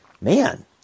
man